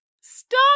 stop